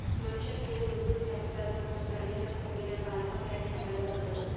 ಮನಶ್ಶರ್ ಕೂದಲ್ ಉಗುರ್ ಚರ್ಮ ದಾಗ್ ಮತ್ತ್ ಪ್ರಾಣಿಗಳ್ ಕೊಂಬಿನಾಗ್ ಅಲ್ಫಾ ಕೆರಾಟಿನ್ ಕಂಡಬರ್ತದ್